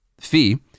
Fee